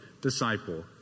Disciple